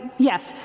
yes.